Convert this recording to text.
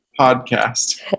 podcast